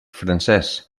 francés